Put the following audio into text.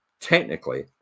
Technically